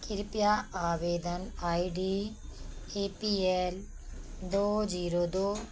कृप्या आवेदन I D A P L दो जीरो दो